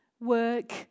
Work